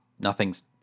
nothing's